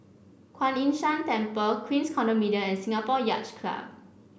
Kuan Yin San Temple Queens Condominium and Singapore Yacht Club